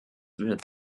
wird